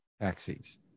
taxis